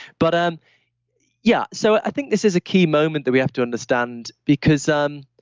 but um yeah, so i think this is a key moment that we have to understand because, um